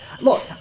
look